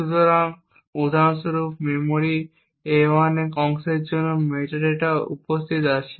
সুতরাং উদাহরণস্বরূপ memory a1 এর অংশের জন্য মেটাডেটা উপস্থিত রয়েছে